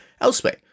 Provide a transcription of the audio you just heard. elsewhere